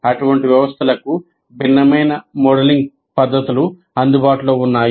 అటువంటి వ్యవస్థలకు భిన్నమైన మోడలింగ్ పద్ధతులు అందుబాటులో ఉన్నాయి